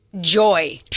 joy